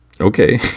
okay